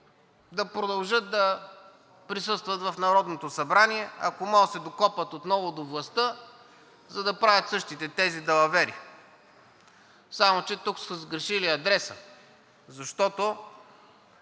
да продължат да присъстват в Народното събрание, ако може да се докопат отново до властта, за да правят същите тези далавери. Само че тук са сгрешили адреса. Защото